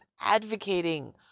advocating